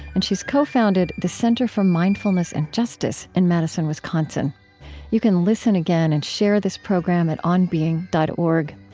and she's co-founded the center for mindfulness and justice in madison, wisconsin you can listen again and share this program at onbeing dot org.